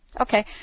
Okay